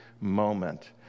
moment